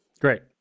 Great